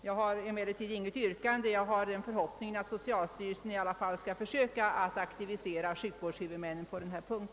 Jag har emellertid inget yrkande utan hyser förhoppningen att socialstyrelsen skall försöka aktivisera sjukvårdshuvudmännen på denna punkt.